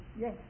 Yes